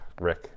Rick